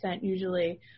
usually